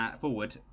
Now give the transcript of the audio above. forward